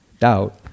doubt